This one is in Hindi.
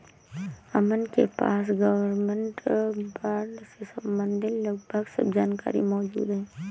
अमन के पास गवर्मेंट बॉन्ड से सम्बंधित लगभग सब जानकारी मौजूद है